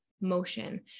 motion